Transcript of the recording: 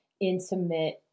intimate